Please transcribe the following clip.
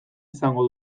izango